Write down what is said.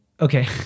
okay